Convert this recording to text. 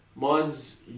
Mine's